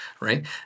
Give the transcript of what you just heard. right